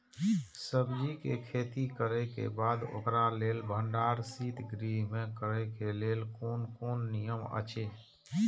सब्जीके खेती करे के बाद ओकरा लेल भण्डार शित गृह में करे के लेल कोन कोन नियम अछि?